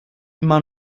immer